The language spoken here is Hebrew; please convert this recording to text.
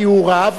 כי הוא רב,